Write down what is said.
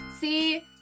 see